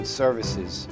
services